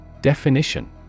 Definition